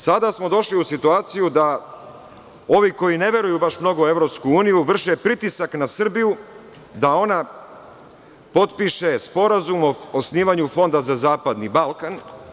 Sada smo došli u situaciju da ovi koji ne veruju mnogo u EU vrše pritisak na Srbiju da ona potpiše sporazum o osnovanju fonda za zapadni Balkan.